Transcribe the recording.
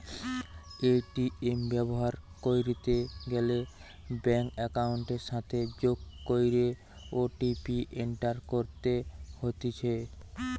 ATM ব্যবহার কইরিতে গ্যালে ব্যাঙ্ক একাউন্টের সাথে যোগ কইরে ও.টি.পি এন্টার করতে হতিছে